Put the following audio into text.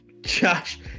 Josh